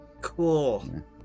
Cool